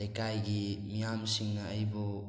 ꯂꯩꯀꯥꯏꯒꯤ ꯃꯤꯌꯥꯝꯁꯤꯡꯅ ꯑꯩꯕꯨ